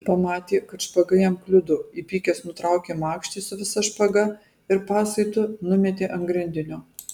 pamatė kad špaga jam kliudo įpykęs nutraukė makštį su visa špaga ir pasaitu numetė ant grindinio